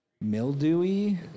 mildewy